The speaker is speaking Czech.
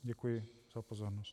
Děkuji za pozornost.